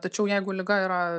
tačiau jeigu liga yra